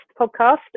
podcast